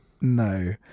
No